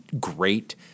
great